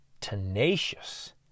tenacious